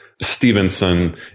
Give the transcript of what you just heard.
Stevenson